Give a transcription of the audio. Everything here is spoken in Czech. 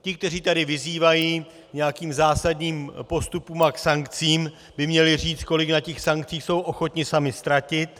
Ti, kteří tady vyzývají k nějakým zásadním postupům a k sankcím, by měli říct, kolik na těch sankcích jsou ochotni sami ztratit.